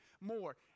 more